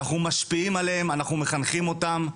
אנחנו משפיעים עליהם, אנחנו מחנכים אותם.